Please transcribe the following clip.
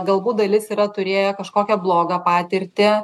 galbūt dalis yra turėję kažkokią blogą patirtį